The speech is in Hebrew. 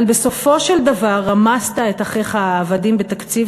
אבל בסופו של דבר רמסת את אחיך העבדים בתקציב